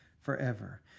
forever